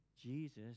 Jesus